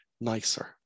nicer